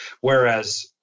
Whereas